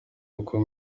uko